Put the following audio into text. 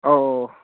ꯑꯧ ꯑꯧ ꯑꯧ